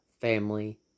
family